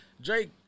Drake